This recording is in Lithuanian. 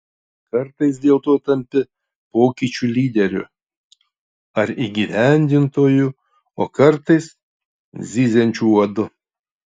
kartais dėl to tampi pokyčių lyderiu ar įgyvendintoju o kartais zyziančiu uodu